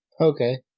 Okay